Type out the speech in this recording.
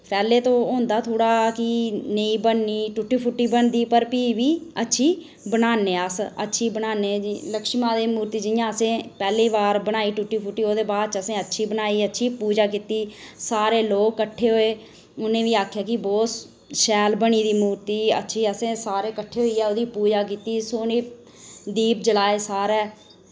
पैह्लें तो होंदा थोह्ड़ा कि नेईं बननी टूटी फूटी बनदी पर फ्ही बी अच्छी बनाने अस अच्छी बनान्ने लक्ष्मी माता दी मूर्ति जियां असें पैह्ली बार बनाई टूटी फूटी ओह्दे बाच असैं अच्छी बनाई अच्छी पूजा कीती सारे लोक कट्ठे होए उ'ने बी आखेआ के बहुत शैल बनी दी मूर्ति अच्छी असैं सारे कट्ठे होइयै ओह्दी पूजा कीती सोह्नी दीप जलाए सारै